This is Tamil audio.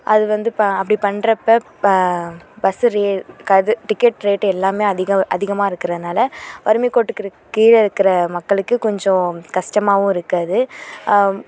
அது வந்து இப்போ அப்படி பண்ணுறப்ப பஸ்ஸு டிக்கெட் ரேட்டு எல்லாம் அதிகம் அதிகமாக இருக்குறதுனால வறுமை கோட்டுக்குக் கீழே இருக்கிற மக்களுக்கு கொஞ்சம் கஷ்டமாவும் இருக்குது அது